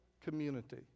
community